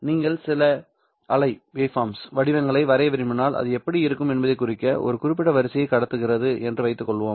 நீங்கள் சில அலை வடிவங்களை வரைய விரும்பினால்அது எப்படி இருக்கும் என்பதைக் குறிக்க ஒரு குறிப்பிட்ட வரிசையை கடத்துகிறது என்று வைத்துக் கொள்வோம்